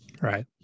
Right